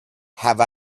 have